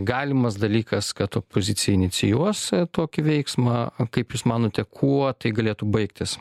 galimas dalykas kad opozicija inicijuos tokį veiksmą kaip jūs manote kuo tai galėtų baigtis